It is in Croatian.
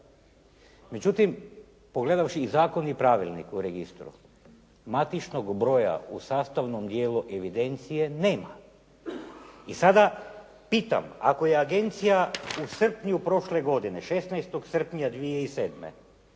Međutim, pogledavši i zakon i pravilnik u registru, matičnog broja u sastavnom dijelu evidencije nema. I sada pitam, ako je agencija u srpnju prošle godine 16. srpnja 2007.